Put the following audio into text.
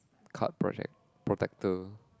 card project protector